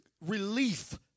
relief